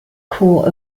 core